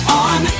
on